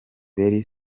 very